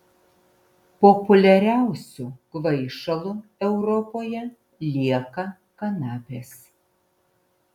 populiariausiu kvaišalu europoje lieka kanapės